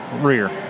rear